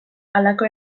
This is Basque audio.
halako